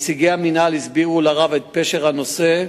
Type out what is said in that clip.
נציגי המינהל הסבירו לרב את פשר הנושא,